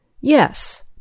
Yes